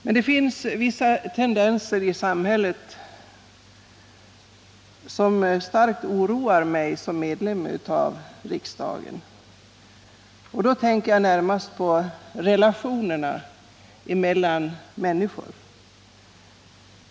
Men det finns vissa tendenser i samhället som starkt oroar mig som medlem av riksdagen. Då tänker jag närmast på relationerna mellan människor.